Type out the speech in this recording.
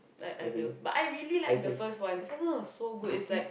I I will but I really like the first one the first one was so good is like